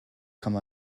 come